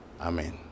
Amen